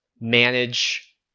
manage